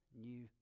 New